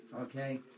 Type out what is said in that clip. okay